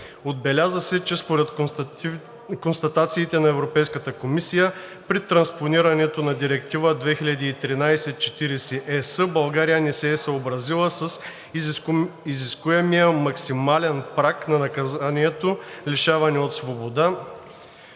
Отбеляза се, че според констатациите на Европейската комисия при транспонирането на Директива 2013/40/ЕС България не се е съобразила с изискуемия максимален праг на наказанието лишаване от свобода,